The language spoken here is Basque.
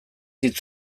hitz